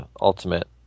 Ultimate